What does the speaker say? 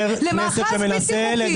למאחז בלתי חוקי.